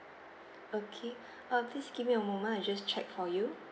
okay err please give me a moment I'll just check for you